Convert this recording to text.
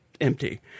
empty